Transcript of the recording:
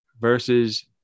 versus